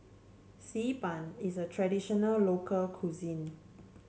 Xi Ban is a traditional local cuisine